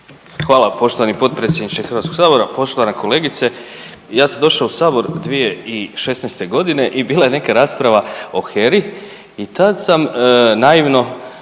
Hvala poštovani potpredsjedniče Hrvatskog sabora. Ja sam došao u sabor 2016. godine i bila je neka rasprava o HERI i tad sam naivno